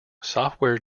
software